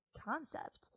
concept